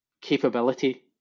capability